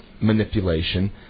manipulation